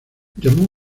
llamó